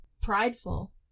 prideful